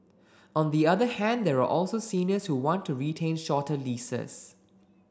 on the other hand there are also seniors who want to retain shorter leases